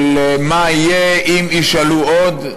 של מה יהיה אם ישאלו עוד.